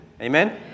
Amen